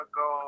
go